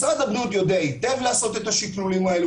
משרד הבריאות יודע היטב לעשות את השקלולים האלה,